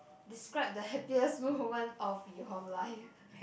describe the happiest moment of your life